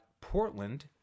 Portland